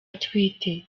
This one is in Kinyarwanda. atwite